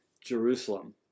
Jerusalem